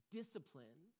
discipline